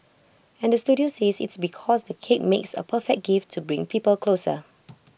and Studio says it's because the cake makes A perfect gift to bring people closer